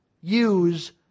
use